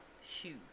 Huge